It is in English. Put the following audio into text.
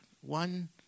One